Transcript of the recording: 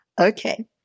Okay